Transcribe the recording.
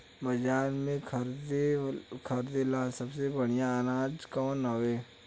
बाजार में खरदे ला सबसे बढ़ियां अनाज कवन हवे?